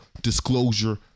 disclosure